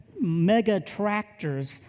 mega-tractors